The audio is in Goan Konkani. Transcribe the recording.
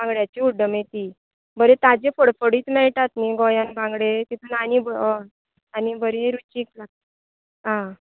बांगड्यांची हुड्डामेथी बरें ताजें फडफडीत मेळटात न्ही गोंयांत बांगडें तातूंत आनी बरें हय आनी बरें रुचीक लागता आं